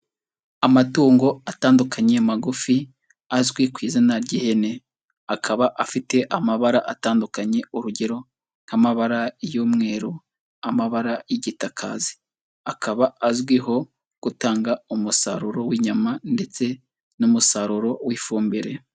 Amatungo atandukanye magufi azwi ku izina ry'ihene, akaba afite amabara atandukanye urugero nk'amabara y'umweru, amabara y'igitakazi, akaba azwiho gutanga umusaruro w'inyama ndetse n'umusaruro w'ifumbire..